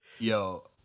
Yo